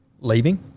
leaving